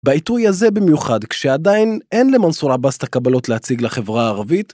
בעיתוי הזה במיוחד, כשעדיין אין למנסור עבאס את הקבלות להציג לחברה הערבית...